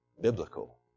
biblical